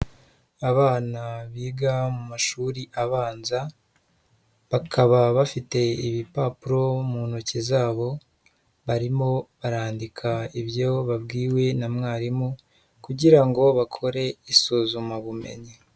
Abana biga mu mashuri abanza, bakaba bafite ibipapuro mu ntoki zabo, barimo barandika ibyo babwiwe na mwarimu, kugira ngo bakore isuzuma bumenyi.